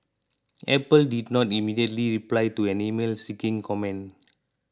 Apple did not immediately reply to an email seeking comment